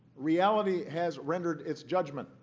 reality has rendered its judgment